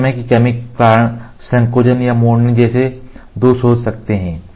तो समय की कमी के कारण संकोचन या मोड़ने जैसे दोष हो सकते हैं